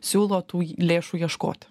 siūlo tų lėšų ieškoti